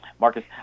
Marcus